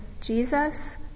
Jesus